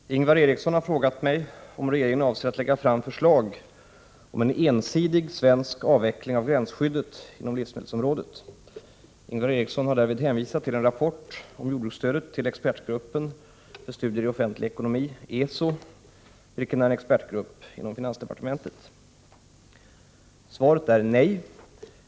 Herr talman! Ingvar Eriksson har frågat mig om regeringen avser att lägga fram förslag om en ensidig svensk avveckling av gränsskyddet inom livsmedelsområdet. Ingvar Eriksson har därvid hänvisat till en rapport om jordbruksstödet från Expertgruppen för studier i offentlig ekonomi, ESO, vilken är en expertgrupp inom finansdepartementet. Svaret är nej.